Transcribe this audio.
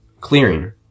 clearing